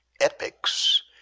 epics